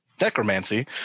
Necromancy